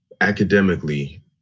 academically